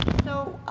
so